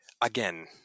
again